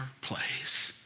place